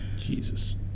Jesus